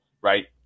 right